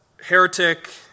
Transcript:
heretic